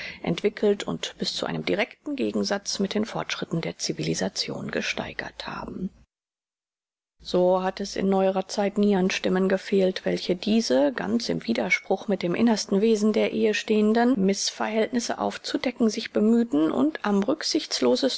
entwickelt und bis zu einem directen gegensatz mit den fortschritten der civilisation gesteigert haben so hat es in neuerer zeit nie an stimmen gefehlt welche diese ganz im widerspruch mit dem innersten wesen der ehe stehenden mißverhältnisse aufzudecken sich bemühten und am